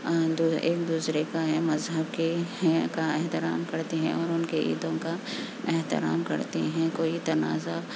ایک دو ایک دوسرے کا مذہب کے ہیں کا احترام کرتے ہیں اور ان کے عیدوں کا احترام کرتے ہیں کوئی تنازع